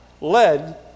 led